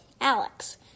Alex